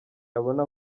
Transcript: yabona